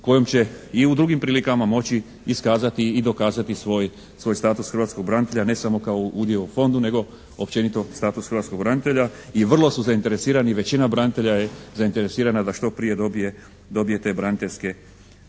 kojom će i drugim prilikama moći iskazati i dokazati svoj status hrvatskog branitelja ne samo kao udio u Fondu nego općenito status hrvatskog branitelja i vrlo su zainteresirani, većina branitelja je zainteresirana da što prije dobije, dobije te